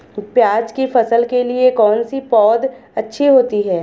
प्याज़ की फसल के लिए कौनसी पौद अच्छी होती है?